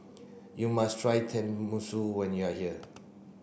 you must try Tenmusu when you are here